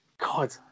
god